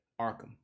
Arkham